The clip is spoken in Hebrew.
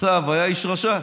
ועשיו היה איש רשע.